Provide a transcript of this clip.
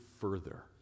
further